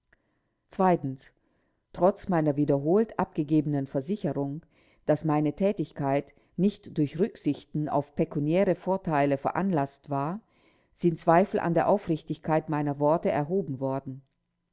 trotz meiner hier wiederholt abgegebenen versicherung daß meine tätigkeit nicht durch rücksichten auf pekuniäre vorteile veranlaßt war sind zweifel an der aufrichtigkeit meiner worte erhoben worden